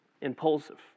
impulsive